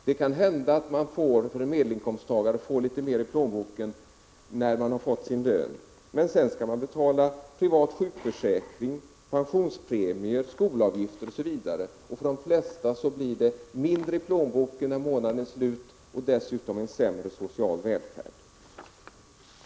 Det kan hända att en medelinkomsttagare får litet mer i plånboken när han fått sin lön. Men sedan skall han betala privat sjukförsäkring, pensionspremier, skolavgifter m.m. För de flesta blir det mindre i plånboken när månaden är slut än hos oss och dessutom en sämre social välfärd.